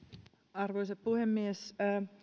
arvoisa puhemies